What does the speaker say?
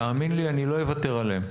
תאמין לי שאני לא אוותר עליהם.